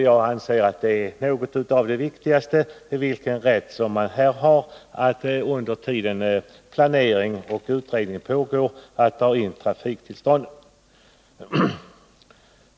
Jag anser att det är något av det viktigaste att få veta vilken rätt man har att dra in trafiktillstånden under den tid som planering och utredning pågår.